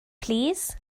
plîs